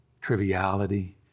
Triviality